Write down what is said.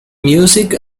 music